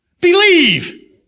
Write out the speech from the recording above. Believe